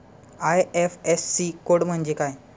IFSC code म्हणजे काय?